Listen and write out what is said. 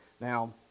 Now